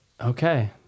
Okay